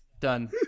Done